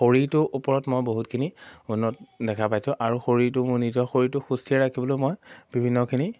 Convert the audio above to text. শৰীৰটোৰ ওপৰত মই বহুতখিনি উন্নত দেখা পাইছোঁ আৰু শৰীৰটো মোৰ নিজৰ শৰীৰটো সুস্থিৰে ৰাখিবলৈ মই বিভিন্নখিনি